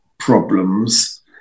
Problems